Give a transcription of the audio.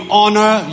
honor